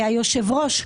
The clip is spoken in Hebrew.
היושב ראש,